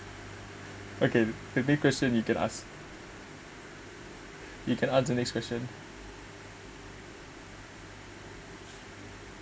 okay maybe a question you can ask you can ask the next question